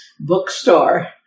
bookstore